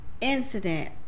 incident